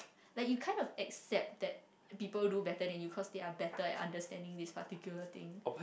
like you kind of accept that people do better than you cause they are better at understanding this particular thing